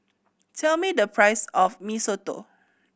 tell me the price of Mee Soto